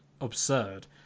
absurd